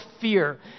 fear